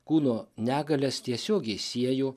kūno negalias tiesiogiai siejo